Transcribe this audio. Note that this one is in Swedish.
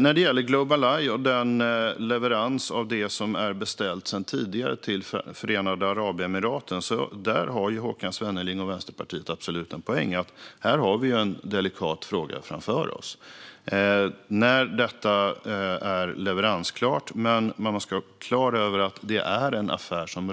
När det gäller Global Eye och leveransen till Förenade Arabemiraten av det som är beställt sedan tidigare har Håkan Svenneling och Vänsterpartiet absolut en poäng. Vi har en delikat fråga framför oss när det är leveransklart, men man ska vara klar över att det är en affär som